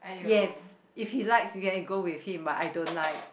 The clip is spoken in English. yes if he likes you can go with him but I don't like